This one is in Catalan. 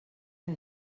que